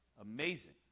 Amazing